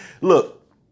Look